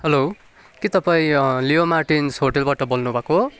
hello के तपाईँ Leo Martins होटेलबाट बोल्नुभएको हो